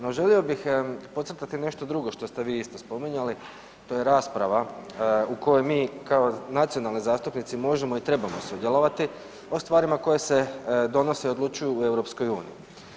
No želio bih podcrtati nešto drugo što ste vi isto spominjali to je rasprava u kojoj mi kao nacionalni zastupnici možemo i trebamo sudjelovati o stvarima koje se donose i odlučuju u EU.